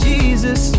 Jesus